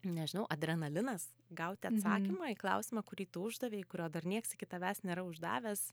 nežinau adrenalinas gauti atsakymą į klausimą kurį tu uždavei kurio dar nieks iki tavęs nėra uždavęs